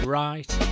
right